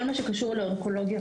בכל מה שקשור לאונקולוגיה,